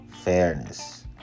Fairness